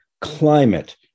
climate